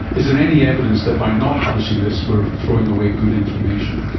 is there any evidence that by not publishing this we are throwing away good information?